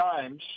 times